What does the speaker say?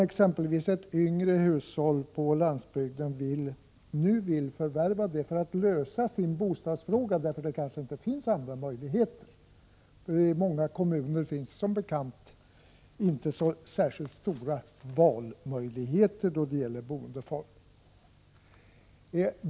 Bland de yngre hushållen på landsbygden finns troligen många som vill förvärva ett sådant för att lösa sin bostadsfråga, eftersom det kanske inte finns andra möjligheter — i många kommuner är valmöjligheterna inte särskilt stora då det gäller boendeformer.